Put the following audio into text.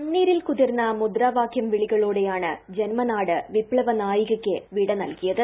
കണ്ണീരിൽ കുതിർന്ന മുദ്രാവാക്യം വിളികളോടെയാണ് ജൻമനാട് വിപ്ത വനായികക്ക് വിട നൽകിയത്